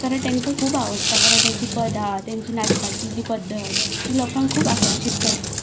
कारण तेंकां खूब आवडटा कारण तेंचीं पदां तेंची नाचपारी जी पद्दत ही लोकांक खूब आकर्शीत करता